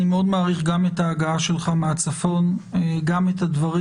אני מעריך את הגעתך מהצפון ואת הדברים.